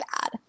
bad